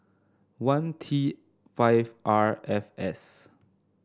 one T five R F S